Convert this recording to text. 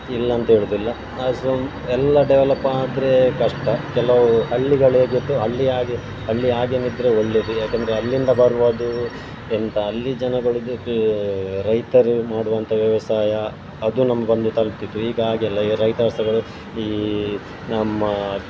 ಇಲ್ಲ ಅಂತ ಹೇಳುದಿಲ್ಲ ಅದು ಸಹ ಒಂ ಎಲ್ಲ ಡೆವಲಪ್ಪಾದರೆ ಕಷ್ಟ ಕೆಲವು ಹಳ್ಳಿಗಳು ಹೇಗಿತ್ತು ಹಳ್ಳಿಯಾಗೆ ಹಳ್ಳಿಯ ಹಾಗೆಯೇ ಇದ್ದರೆ ಒಳ್ಳೆದು ಯಾಕೆಂದ್ರೆ ಅಲ್ಲಿಂದ ಬರುವುದು ಎಂಥ ಅಲ್ಲಿ ಜನಗಳಿಗೆ ರೈತರು ಮಾಡುವಂಥ ವ್ಯವಸಾಯ ಅದು ನಮ್ಗೆ ಬಂದು ತಲುಪ್ತಿತ್ತು ಈಗ ಹಾಗಿಲ್ಲ ಈಗ ರೈತ ವ್ಯವಸ್ಥೆಗಳು ಈ ನಮ್ಮ